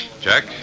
Jack